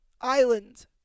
island